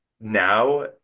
now